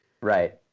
Right